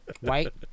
White